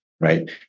right